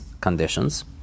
conditions